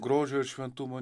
grožio ir šventumo